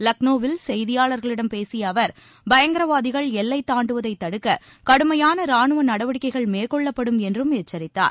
லக்ளோவில் செய்தியாளரிடம் பேசிய அவர் பயங்கரவாதிகள் எல்லை தான்டுவதை தடுக்க கடும்பான ராணுவ நடவடிக்கைகள் மேற்கொள்ளப்படும் என்றும் எக்சரித்தார்